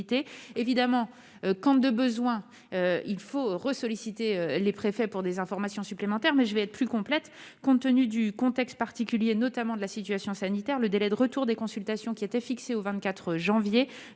évidemment quand de besoin il faut ressusciter les préfets pour des informations supplémentaires, mais je vais être plus complète, compte tenu du contexte particulier, notamment de la situation sanitaire, le délai de retour des consultations qui était fixée au 24 janvier